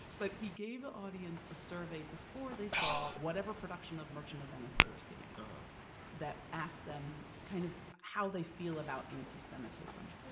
but he gave the audience a survey before they saw whatever production of merchant of venice they were seeing that asked them kind of how they feel about anti-semitism.